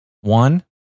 one